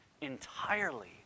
entirely